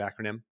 acronym